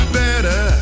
better